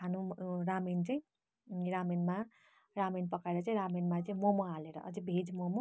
खानु रामेन चाहिँ अनि रामेनमा रामेन पकाएर चाहिँ रामेनमा चाहिँ मोमो हालेर अझै भेज मोमो